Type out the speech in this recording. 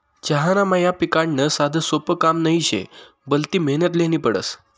चहाना मया पिकाडनं साधंसोपं काम नही शे, भलती मेहनत ल्हेनी पडस